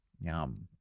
Yum